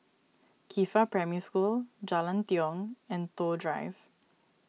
Qifa Primary School Jalan Tiong and Toh Drive